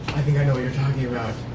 i think i know what you're talking about.